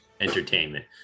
entertainment